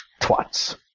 Twats